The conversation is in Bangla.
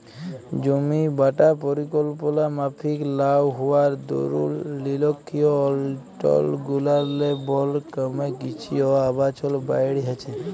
জমিবাঁটা পরিকল্পলা মাফিক লা হউয়ার দরুল লিরখ্খিয় অলচলগুলারলে বল ক্যমে কিসি অ আবাসল বাইড়হেছে